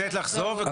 לצאת ולחזור.